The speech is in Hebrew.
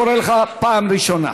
אני קורא אותך פעם ראשונה.